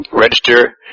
register